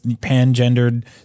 pan-gendered